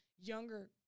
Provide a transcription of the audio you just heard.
younger